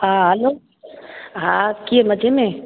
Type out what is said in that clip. हा हलो हा कीअं मज़े में